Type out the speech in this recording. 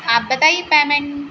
आप बताइए पेमेन्ट